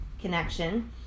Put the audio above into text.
connection